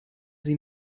sie